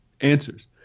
answers